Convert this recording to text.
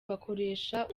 bakoresha